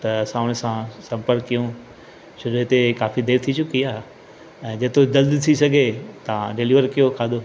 त असां उन सां संपर्क कयूं छो जो हिते काफ़ी देरि थी चुकी आहे ऐं जेतिरो जल्दी थी सघे तव्हां डिलीवर कयो खाधो